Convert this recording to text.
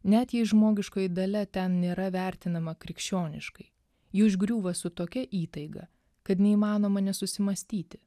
net jei žmogiškoji dalia ten nėra vertinama krikščioniškai ji užgriūva su tokia įtaiga kad neįmanoma nesusimąstyti